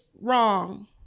wrong